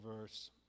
verse